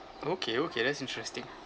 okay okay that's interesting